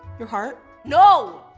your heart? no.